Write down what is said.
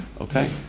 Okay